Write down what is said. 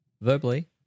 verbally